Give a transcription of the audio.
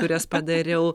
kurias padariau